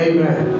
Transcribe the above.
Amen